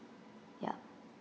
ya